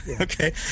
Okay